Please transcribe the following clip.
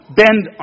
bend